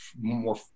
more